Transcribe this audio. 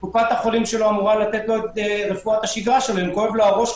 קופת החולים אמורה לתת את רפואת השגרה אם כואב לו הראש,